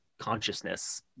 consciousness